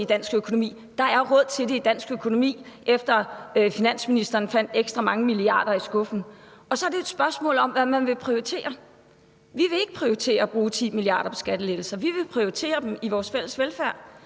i dansk økonomi. Der er råd til det i dansk økonomi, efter at finansministeren har fundet mange ekstra milliarder kroner i skuffen. Og så er det et spørgsmål om, hvad man vil prioritere. Vi vil ikke prioritere at bruge 10 mia. kr. på skattelettelser. Vi vil prioritere dem til vores fælles velfærd.